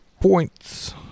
points